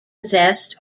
zest